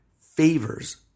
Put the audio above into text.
favors